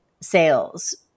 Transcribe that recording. sales